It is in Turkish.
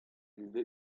yüzde